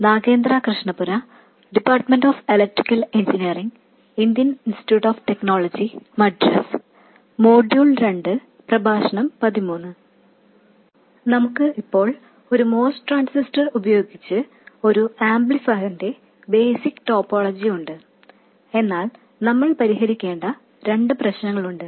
നമുക്ക് ഇപ്പോൾ ഒരു MOS ട്രാൻസിസ്റ്റർ ഉപയോഗിച്ച് ഒരു ആംപ്ലിഫയറിന്റെ ബേസിക് ടോപ്പോളജി ഉണ്ട് എന്നാൽ നമ്മൾ പരിഹരിക്കേണ്ട രണ്ട് പ്രശ്നങ്ങളുണ്ട്